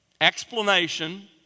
Explanation